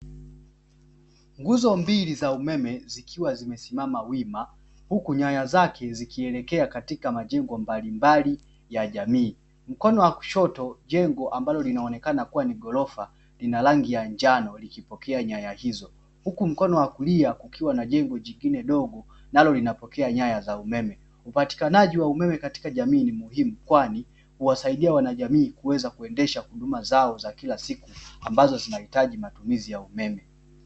Nguzo mbili za umeme zikiwa zimesimama wima huku nyaya zake zikiwa zimeelekea katika majengo mbalimbali ya jamii, mkono wa kushoto jengo linaloonekana kua ni ghorofa lina rangi ya njano likipokea nyaya hizo huku mkono wa kulia kukiwa na jengo jingine dogo nalo linapokea nyaya za umeme; upatikanaji wa umeme katika jamii ni muhimu kwani huwasaidia wanajamii kuweza kuendesha huduma zao za kila siku ambazo zinahitaji matumizi ya umeme.